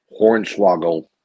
Hornswoggle